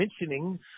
mentioning